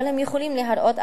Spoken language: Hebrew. אבל הם יכולים להראות,